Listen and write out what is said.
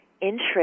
interest